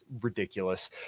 ridiculous